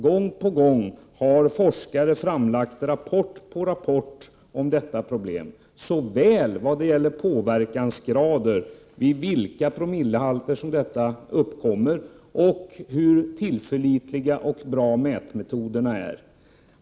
Gång på gång har forskare framlagt rapport på rapport om detta problem, såväl vad gäller påverkansgrader, vid vilka promillehalter som påverkan uppkommer som i fråga om hur tillförlitliga och bra mätmetoderna är.